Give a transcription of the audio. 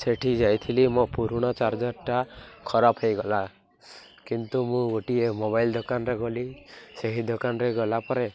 ସେଠି ଯାଇଥିଲି ମୋ ପୁରୁଣା ଚାର୍ଜର୍ଟା ଖରାପ ହେଇଗଲା କିନ୍ତୁ ମୁଁ ଗୋଟିଏ ମୋବାଇଲ୍ ଦୋକାନରେ ଗଲି ସେହି ଦୋକାନରେ ଗଲା ପରେ